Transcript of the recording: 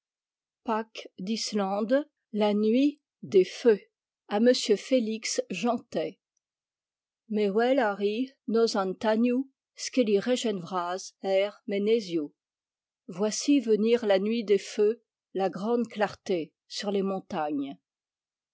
la nuit des feux a m félix jeantet ai e wel arri noz an taniou sklérijenn vraz er meneziou voici venir la nuit des feux la grande clarté sur les montagnes